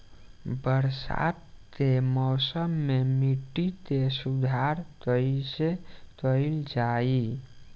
बरसात के मौसम में मिट्टी के सुधार कईसे कईल जाई?